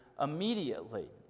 immediately